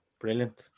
Brilliant